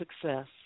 success